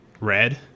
red